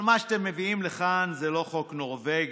אבל מה שאתם מביאים לכאן זה לא חוק נורבגי,